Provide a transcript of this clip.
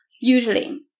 usually